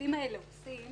שהסעיפים האלה עושים